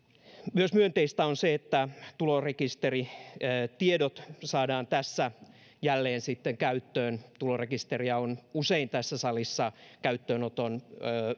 myönteistä on myös se että tulorekisteritiedot saadaan tässä jälleen käyttöön tulorekisteriä on tässä salissa käyttöönoton